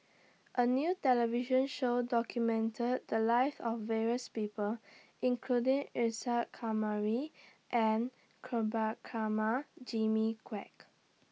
A New television Show documented The Lives of various People including Isa Kamari and Prabhakara Jimmy Quek